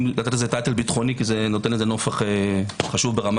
לתת לזה כותרת ביטחונית כי זה נותן לזה נופך חשוב ברמה